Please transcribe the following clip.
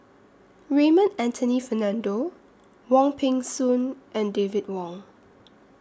Raymond Anthony Fernando Wong Peng Soon and David Wong